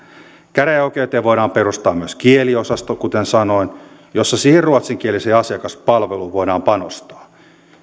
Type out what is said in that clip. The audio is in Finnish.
käräjäoikeuteen voidaan perustaa myös kieliosasto kuten sanoin jossa siihen ruotsinkieliseen asiakaspalveluun voidaan panostaa